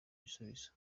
ibisubizo